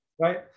Right